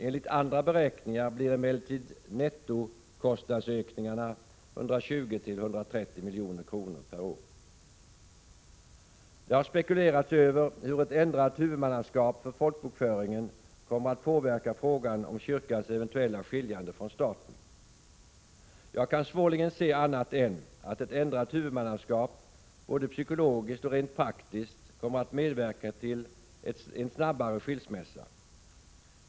Enligt andra beräkningar blir emellertid nettokostnadsökningarna 120-130 milj.kr. per år. Det har spekulerats över hur ett ändrat huvudmannaskap för folkbokföringen kommer att påverka frågan om kyrkans eventuella skiljande från staten. Jag kan svårligen se annat än att ett ändrat huvudmannaskap både psykologiskt och rent praktiskt kommer att medverka till en snabbare skilsmässa.